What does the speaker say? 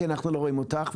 כי אנחנו לא רואים אותך,